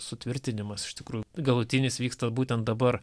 sutvirtinimas iš tikrųjų galutinis vyksta būtent dabar